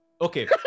Okay